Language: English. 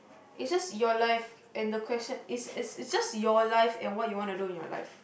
is just your life and the question is is is just your life and what you want to do in your life